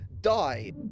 die